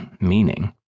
meaning